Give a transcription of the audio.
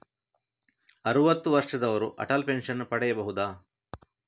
ಅರುವತ್ತು ವರ್ಷದವರು ಅಟಲ್ ಪೆನ್ಷನ್ ಪಡೆಯಬಹುದ?